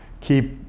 keep